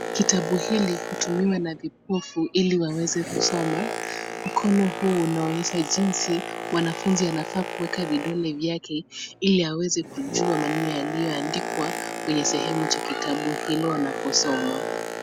Kitabu hili hutumiwa na vipofu ili waweze kusoma. Mkono huu unaonyesha jinsi mwanafunzi anafaa aweke vidole vyake ili aweze kujua maneno yaliyoandikwa kwenye sehemu cha kitabu hilo na kusoma.